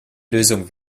lösung